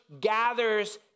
gathers